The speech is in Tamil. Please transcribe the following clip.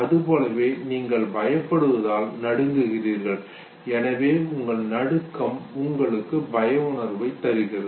அதுபோலவே நீங்கள் பயப்படுவதால் நடுங்குகிறீர்கள் எனவே உங்கள் நடுக்கம் உங்களுக்கு பய உணர்வைத் தருகிறது